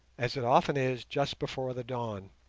as it often is just before the dawn.